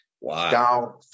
Wow